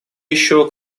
еще